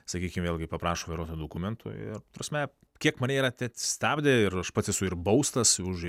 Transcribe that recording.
sakykim vėlgi paprašo vairuotojo dokumentų ir prasme kiek mane yra ten stabdę ir aš pats esu ir baustas už